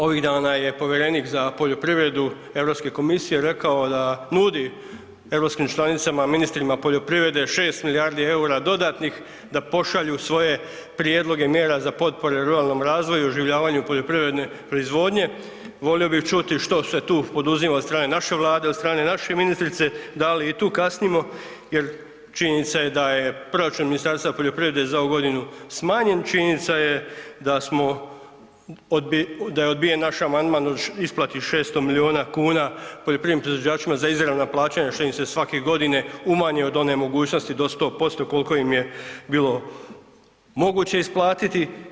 Ovih dana je povjerenik za poljoprivredu Europske komisije rekao da nudi europskim članicama, ministrima poljoprivrede 6 milijardi eura dodatnih da pošalju svoje prijedloge mjera za potpore ruralnom razvoju, oživljavanju poljoprivredne proizvodnje, volio bi čuti što se tu poduzima od strane naše Vlade, od strane naše ministrice, da li i tu kasnimo jer činjenica je da je proračun Ministarstva poljoprivrede za ovu godinu smanjen, činjenica je da je odbijen naš amandman o isplati 600 milijuna kuna poljoprivrednim proizvođačima za izravna plaćanja što im se svake godine umanji od one mogućnosti do 100% koliko im je bilo moguće isplatiti.